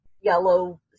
yellow